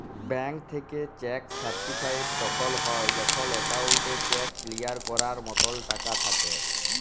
bank থ্যাইকে cheque certified তখল হ্যয় যখল একাউল্টে চ্যাক কিলিয়ার ক্যরার মতল টাকা থ্যাকে